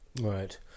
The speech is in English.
Right